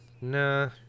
Nah